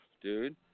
dude